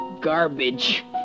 garbage